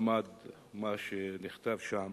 למד מה שנכתב שם.